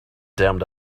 damned